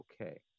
okay